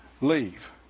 Leave